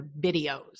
videos